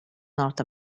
north